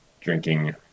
drinking